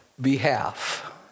behalf